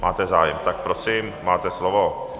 Máte zájem, tak prosím, máte slovo.